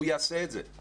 הוא יעשה את זה.